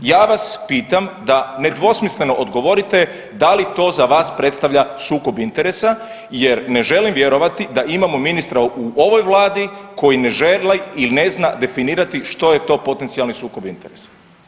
Ja vas pitam da nedvosmisleno odgovorite, da li to za vas predstavlja sukob interesa jer ne želim vjerovati da imamo ministra u ovoj Vladi koji ne želi i ne zna definirati što je to potencijali sukob interesa.